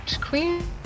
queen